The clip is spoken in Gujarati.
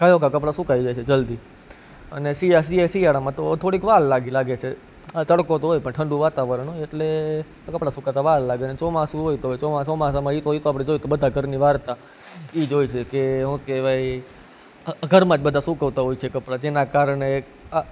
ઘા એ ઘા કપડા સુકાઈ જાય છે જલદી અને શિયાળામાં તો થોડીક વાર લાગે છે આ તડકો તો હોય પણ ઠંડુ વાતાવરણ હોય એટલે આ કપડા સુકાતા વાર લાગે ને ચોમાસું હોય તો હવે ચોમાસામાં ઈ તો ઈ તો આપડે જોઈ તો બધા ઘરની વાર્તા ઈ જ હોય છે શું કેવાય ઘરમાં જ બધાં સુકવતા હોય છે કપડા જેના કારણે આ